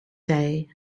day